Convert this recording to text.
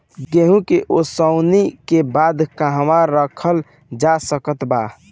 गेहूँ के ओसाई के बाद कहवा रखल जा सकत बा?